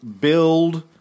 build